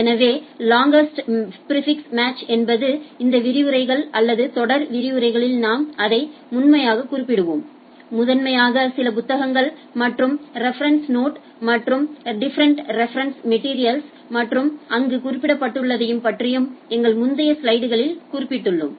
எனவே longest prefix match என்பதை இந்த படத்தில் அல்லது தொடர் பாடங்களில் நாம் இதை முதன்மையாகக் குறிப்பிடுவோம் முதன்மையாக சில புத்தகங்கள் மற்றும் ரெபெரென்ஸ் நோட் மற்றும் டிஃபரென்ஸ் ரெபெரென்ஸ் மெட்டிரியல் மற்றும் அங்கு குறிப்பிட்டுள்ளதைப் பற்றியும் எங்கள் முந்தைய ஸ்லைடுகளில் குறிப்பிட்டுள்ளோம்